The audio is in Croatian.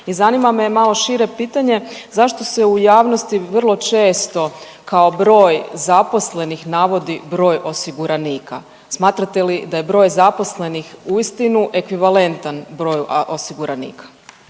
I zanima me malo šire pitanje, zašto se u javnosti vrlo često kao broj zaposlenih navodi broj osiguranika, smatrate li da je broj zaposlenih uistinu ekvivalentan broju osiguranika?